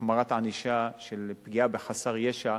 החמרת ענישה של פגיעה בחסר ישע.